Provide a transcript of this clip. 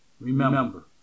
Remember